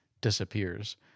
disappears